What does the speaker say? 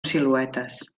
siluetes